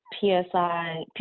PSI